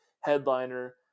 headliner